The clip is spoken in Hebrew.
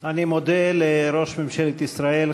אני מודה לראש ממשלת ישראל,